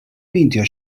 meindio